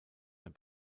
mehr